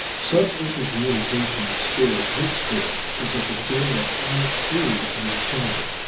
such intercommunication of spirit with spirit is at the beginning of all true understanding.